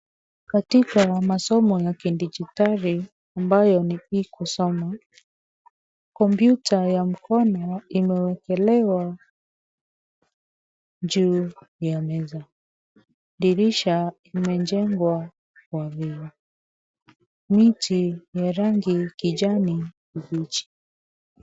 Katika masomo ya kidijitali ambayo hii kusoma . Kompyuta ya mkono imewekelewa juu ya meza. Dirisha imejengwa. Miti ya rangi kijani kibichi.